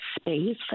space